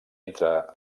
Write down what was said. entre